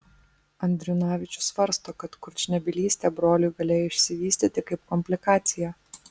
andriunavičius svarsto kad kurčnebylystė broliui galėjo išsivystyti kaip komplikacija